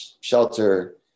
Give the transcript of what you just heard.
shelter